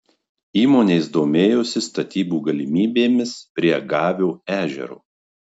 įmonės domėjosi statybų galimybėmis prie gavio ežero